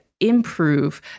improve